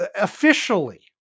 officially